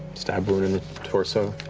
stab wound in the torso.